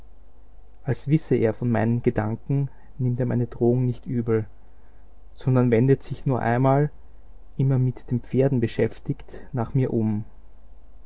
als wisse er von meinen gedanken nimmt er meine drohung nicht übel sondern wendet sich nur einmal immer mit den pferden beschäftigt nach mir um